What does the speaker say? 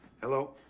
Hello